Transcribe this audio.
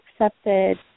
accepted